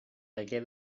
hagué